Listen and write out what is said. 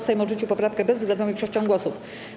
Sejm odrzucił poprawkę bezwzględną większością głosów.